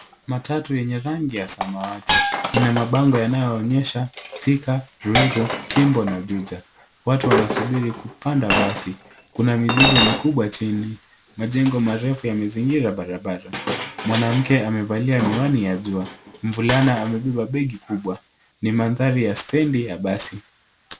Matatu yenye rangi ya samawati, ikiwa na mabango yanayoonyesha Thika, Ruiro, Kimbo na Juja. Watu wanasubiri kupanda basi. Mizigo imewekwa chini, huku majengo marefu ya mzunguko wa barabara yakiendelea kuonekana. Mwanamke amevaa miwani ya jua, na mvulana amebeba begi. Hii ni mandhari ya stendi ya mabasi.